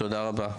תודה רבה.